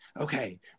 okay